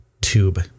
tube